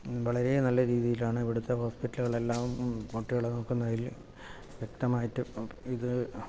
വളരെ നല്ല രീതിയിൽ ആണ് ഇവിടുത്തെ ഹോസ്പിറ്റലുകൾ എല്ലാം തന്നെ കുട്ടികളെ നോക്കുന്നതിൽ വ്യക്തമായിട്ട് ഇത്